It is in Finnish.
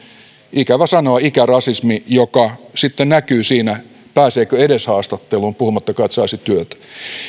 ikävä sanoa ikärasismi joka sitten näkyy siinä pääseekö edes haastatteluun puhumattakaan että saisi työtä